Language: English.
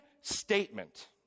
statement